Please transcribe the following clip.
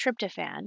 tryptophan